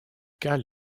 cas